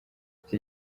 iki